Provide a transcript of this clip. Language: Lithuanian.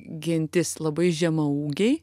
gentis labai žemaūgiai